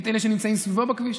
אלה שנמצאים סביבו בכביש.